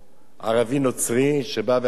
ערבי נוצרי, שבא ואמר: